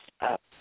up